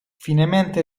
finemente